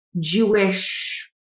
Jewish